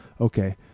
Okay